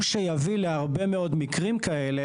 הוא שיוביל להרבה מאוד מקרים כאלה,